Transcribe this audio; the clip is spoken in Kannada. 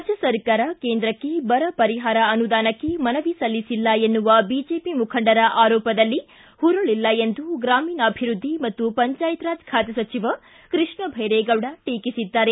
ರಾಜ್ಯ ಸರ್ಕಾರ ಕೇಂದ್ರಕ್ಕೆ ಬರ ಪರಿಹಾರ ಅನುದಾನಕ್ಕೆ ಮನವಿ ಸಲ್ಲಿಸಿಲ್ಲ ಎನ್ನುವ ಬಿಜೆಪಿ ಮುಖಂಡರ ಆರೋಪದಲ್ಲಿ ಹುರುಳಲ್ಲ ಎಂದು ಗ್ರಾಮೀಣಾಭಿವೃದ್ದಿ ಮತ್ತು ಪಂಚಾಯತ್ ರಾಜ್ ಖಾತೆ ಸಚಿವ ಕೃಷ್ಣಭೈರೇಗೌಡ ಟೀಕಿಸಿದ್ದಾರೆ